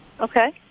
Okay